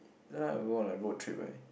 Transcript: sometime I go on a road trip right